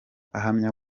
ahamya